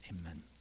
amen